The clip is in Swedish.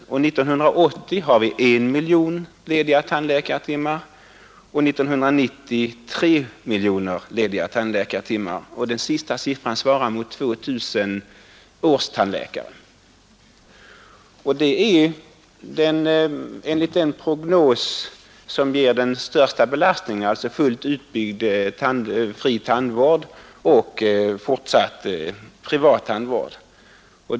1980 kommer vi att ha 1 miljon lediga tandläkartimmar och 1990 3 miljoner. Den sistnämnda siffran svarar mot 2000 årstandläkare, och detta gäller enligt den prognos som ger den största belastningen, alltså fullt utbyggd fri tandvård och fortsatt privat tandvård.